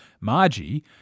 Margie